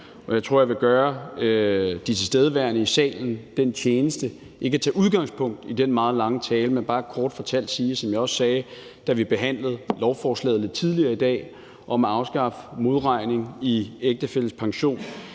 jeg tror, jeg vil gøre de tilstedeværende i salen den tjeneste ikke at tage udgangspunkt i den meget lange tale, men bare kort sige, som jeg også sagde, da vi behandlede lovforslaget lidt tidligere i dag om at afskaffe modregning i ægtefælles pension,